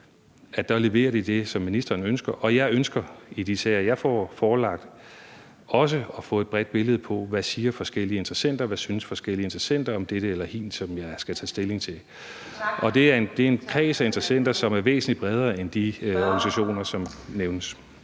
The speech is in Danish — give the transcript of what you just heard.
leverer det, som ministeren ønsker, og jeg ønsker i de sager, jeg får forelagt, også at få et bredt billede af, hvad de forskellige interessenter siger, og hvad de forskellige interessenter synes om dette eller hint, som jeg skal tage stilling til. Og det er en kreds af interessenter, som er væsentlig bredere end den kreds af organisationer, som nævnes.